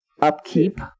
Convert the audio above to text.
upkeep